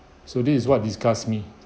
so this is what disgusts me